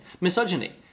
misogyny